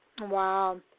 Wow